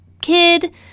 kid